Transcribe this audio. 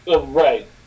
Right